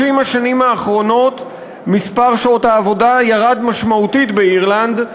השנים האחרונות מספר שעות העבודה ירד משמעותית באירלנד,